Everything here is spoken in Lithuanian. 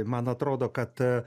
man atrodo kad